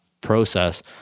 process